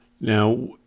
Now